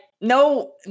no